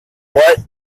what